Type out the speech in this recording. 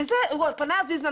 הוא פנה ב-2018.